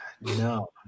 No